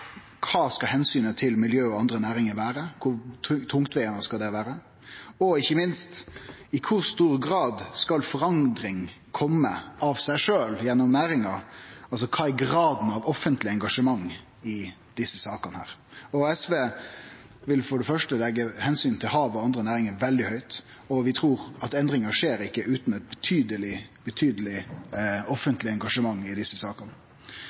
Kva skal omsynet til miljø og andre næringar vere? Kor tungtvegande skal det vere? Og ikkje minst: I kor stor grad skal forandring kome av seg sjølv gjennom næringa, altså kva er graden av offentleg engasjement i desse sakene? SV vil for det første setje omsyn til hav og andre næringar veldig høgt, og vi trur at endringar ikkje skjer utan eit betydeleg, betydeleg offentleg engasjement i desse sakene.